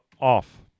off